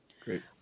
Great